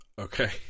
Okay